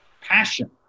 passion